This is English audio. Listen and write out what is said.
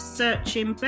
searching